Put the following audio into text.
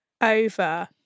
over